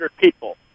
people